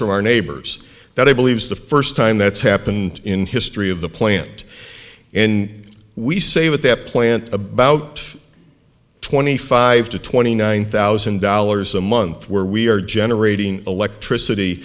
from our neighbors that i believe the first time that's happened in history of the plant in we save at that plant about twenty five to twenty nine thousand dollars a month where we are generating electricity